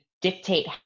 dictate